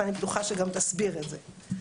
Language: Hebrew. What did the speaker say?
ואני בטוחה שגם תסביר את זה.